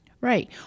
right